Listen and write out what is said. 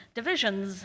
divisions